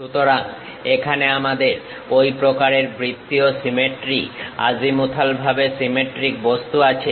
সুতরাং এখানে আমাদের ওই প্রকারের বৃত্তীয় সিমেট্রি আজিমুথাল ভাবে সিমেট্রিক বস্তু আছে